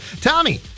Tommy